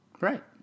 Right